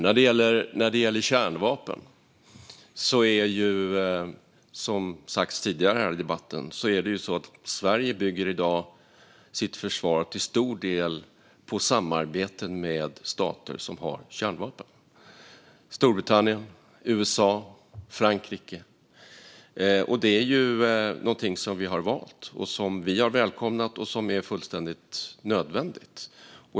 När det gäller kärnvapen bygger Sverige, som har sagts tidigare här i debatten, till stor del sitt försvar på samarbeten med stater som har kärnvapen: Storbritannien, USA och Frankrike. Det är någonting som vi har valt, som vi har välkomnat och som är fullständigt nödvändigt.